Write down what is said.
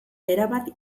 erabat